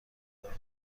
دار